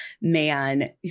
man